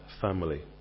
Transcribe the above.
family